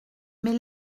mais